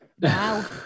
Wow